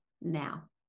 now